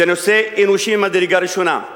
זה נושא אנושי ממדרגה ראשונה,